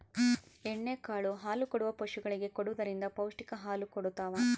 ಎಣ್ಣೆ ಕಾಳು ಹಾಲುಕೊಡುವ ಪಶುಗಳಿಗೆ ಕೊಡುವುದರಿಂದ ಪೌಷ್ಟಿಕ ಹಾಲು ಕೊಡತಾವ